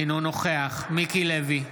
אינו נוכח מיקי לוי,